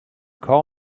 call